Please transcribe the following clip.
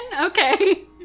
Okay